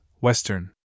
Western